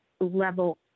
level